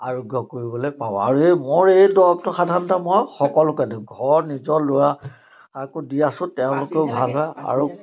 আৰোগ্য কৰিবলৈ পাওঁ আৰু এই মোৰ এই দৰৱটো সাধাৰণতে মই সকলোকে দিওঁ ঘৰ নিজৰ ল'ৰাকো দি আছোঁ তেওঁলোকেও ভাল হয় আৰু